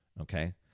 Okay